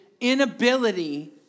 inability